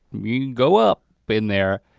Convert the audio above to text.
i mean go up but in there,